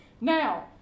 Now